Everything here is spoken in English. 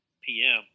PM